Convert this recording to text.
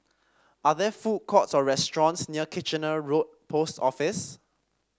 are there food courts or restaurants near Kitchener Road Post Office